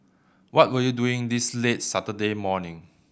what were you doing this late Saturday morning